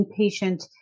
inpatient